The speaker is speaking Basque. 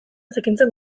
zikintzen